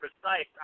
precise